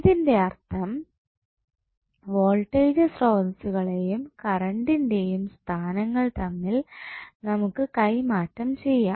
ഇതിൻറെ അർത്ഥം വോൾട്ടേജ് സ്രോതസ്സുകളെയും കറണ്ടിന്റെയും സ്ഥാനങ്ങൾ തമ്മിൽ നമുക്ക് കൈമാറ്റം ചെയ്യാം